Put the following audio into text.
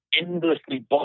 endlessly